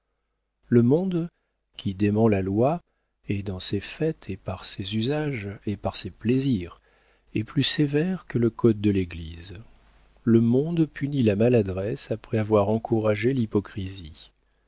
le monde qui dément la loi et dans ses fêtes et par ses usages et par ses plaisirs est plus sévère que le code et l'église le monde punit la maladresse après avoir encouragé l'hypocrisie